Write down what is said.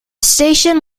station